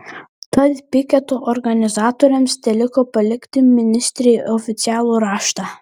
tad piketo organizatoriams teliko palikti ministrei oficialų raštą